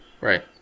Right